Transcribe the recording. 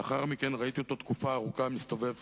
לאחר מכן ראיתי אותו תקופה ארוכה מסתובב